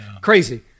Crazy